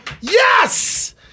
Yes